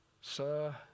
Sir